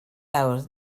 awr